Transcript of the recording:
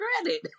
credit